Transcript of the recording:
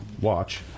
watch